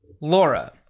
Laura